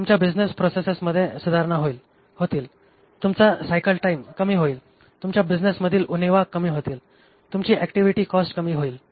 तुमच्या बिझनेस प्रोसेसेसमध्ये सुधारणा होतील तुमचा सायकल टाइम कमी होईल तुमच्या बिझनेस मधील उणीवा कमी होतील तुमची ऍक्टिव्हिटी कॉस्ट कमी होईल